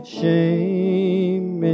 shame